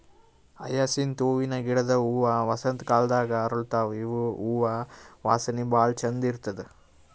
hyacinth ಹೂವಿನ ಗಿಡದ್ ಹೂವಾ ವಸಂತ್ ಕಾಲದಾಗ್ ಅರಳತಾವ್ ಇವ್ ಹೂವಾ ವಾಸನಿ ಭಾಳ್ ಛಂದ್ ಇರ್ತದ್